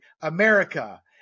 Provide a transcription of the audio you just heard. America